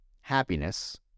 happiness